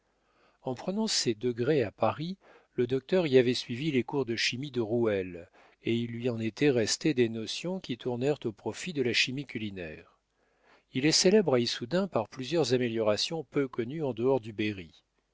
en prenant ses degrés à paris le docteur y avait suivi les cours de chimie de rouelle et il lui en était resté des notions qui tournèrent au profit de la chimie culinaire il est célèbre à issoudun par plusieurs améliorations peu connues en dehors du berry